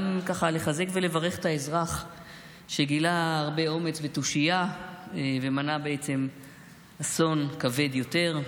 לחזק ולברך את האזרח שגילה הרבה אומץ ותושייה ומנע בעצם אסון כבד יותר.